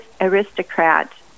aristocrat